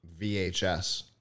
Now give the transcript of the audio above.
VHS